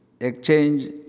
exchange